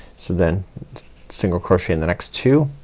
so then single crochet in the next two